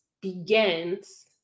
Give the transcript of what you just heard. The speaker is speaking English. begins